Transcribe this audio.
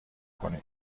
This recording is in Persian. کنین